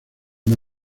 una